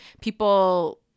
people